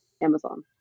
Amazon